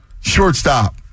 Shortstop